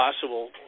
possible